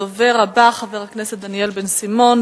הדובר הבא, חבר הכנסת דניאל בן-סימון.